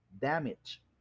damage